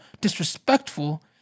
disrespectful